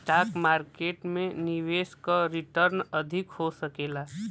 stock market में निवेश क रीटर्न अधिक हो सकला